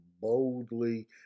boldly